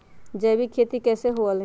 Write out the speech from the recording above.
जैविक खेती कैसे हुआ लाई?